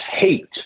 hate